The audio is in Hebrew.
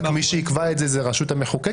רק מי שיקבע את זה זו הרשות המחוקקת